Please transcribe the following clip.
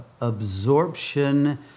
absorption